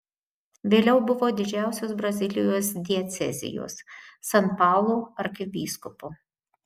vėliau buvo didžiausios brazilijos diecezijos san paulo arkivyskupu